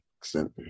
extent